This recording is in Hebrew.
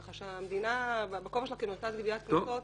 ככה שהמדינה והמקום שלה כמרכז לגביית קנסות,